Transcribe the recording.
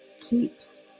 keeps